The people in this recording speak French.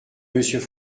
monsieur